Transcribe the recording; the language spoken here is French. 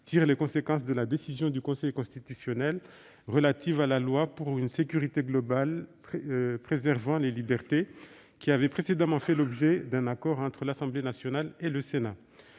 tirent les conséquences de la décision du Conseil constitutionnel relative à la loi pour une sécurité globale préservant les libertés, qui avait précédemment fait l'objet d'un accord entre l'Assemblée nationale et le Sénat.